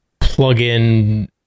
plug-in